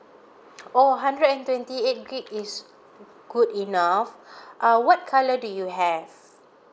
oh hundred and twenty eight gig is good enough uh what colour do you have